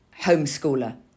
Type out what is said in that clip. homeschooler